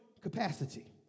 capacity